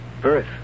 Birth